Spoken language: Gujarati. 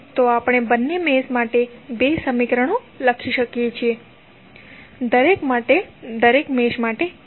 તો આપણે બંને મેશ માટે બે સમીકરણો લખી શકીએ છીએ દરેક મેશ માટે એક